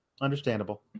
understandable